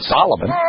Solomon